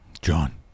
John